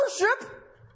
worship